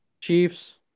Chiefs